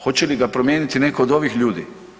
Hoće li ga promijeniti neko od ovih ljudi?